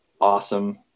awesome